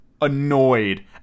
annoyed